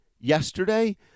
yesterday